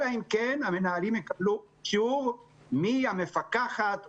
אלא אם כן המנהלים יקבלו אישור מהמפקחת ומהמחוז,